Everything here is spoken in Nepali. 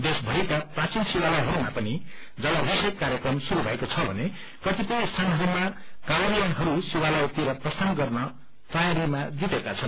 देशभरिका प्राधीन शिवालयहस्वमा पनि जलाभिषेक कार्यक्रम शुरू भएको छ भने कतिपय सीनहरूमा काँवारियाहरू शिवालयतिर प्रसीन गर्न तैयारीमा जुटेका छन्